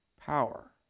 power